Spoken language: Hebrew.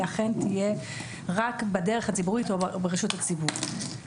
אכן תהיה רק בדרך הציבורית או ברשות הציבור.